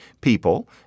people